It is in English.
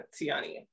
Tiani